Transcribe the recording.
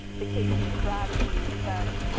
the kt strategy that